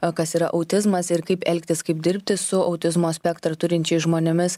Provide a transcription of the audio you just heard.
a kas yra autizmas ir kaip elgtis kaip dirbti su autizmo spektrą turinčiais žmonėmis